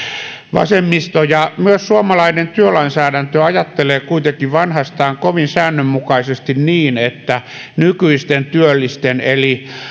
vasemmisto ja myös suomalainen työlainsäädäntö ajattelee kuitenkin vanhastaan kovin säännönmukaisesti niin että nykyisten työllisten eli